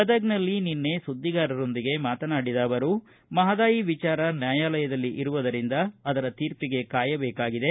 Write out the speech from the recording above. ಗದಗದಲ್ಲಿ ನಿನ್ನೆ ಸುದ್ದಿಗಾರರೊಂದಿಗೆ ಮಾತನಾಡಿದ ಅವರು ಮಹದಾಯಿ ವಿಚಾರ ನ್ಯಾಯಾಲಯದಲ್ಲಿ ಇರುವುದರಿಂದ ಅದರ ತೀರ್ಪಿಗೆ ಕಾಯಬೇಕಾಗಿದೆ